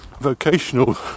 vocational